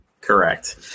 Correct